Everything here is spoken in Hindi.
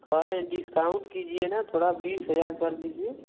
कह रहें डिस्काउन्ट कीजिए ना थोड़ा बीस हज़ार कर दीजिए